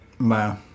Wow